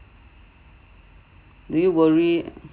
do you worry